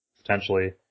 potentially